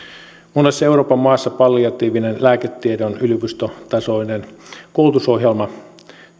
monessa euroopan maassa palliatiivinen lääketiede on yliopistotasoinen koulutusohjelma